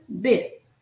bit